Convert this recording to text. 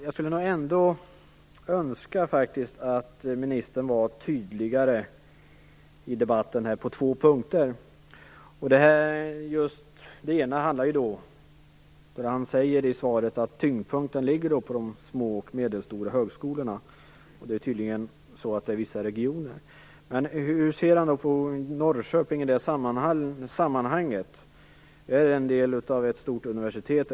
Jag skulle nog önska att ministern var tydligare på två punkter i debatten. Det ena gäller det han i svaret sade om att tyngdpunkten ligger på de små och medelstora högskolorna. Tydligen gäller det vissa regioner. Men hur ser ministern på Norrköping i det sammanhanget? Är det en del av ett stort universitet?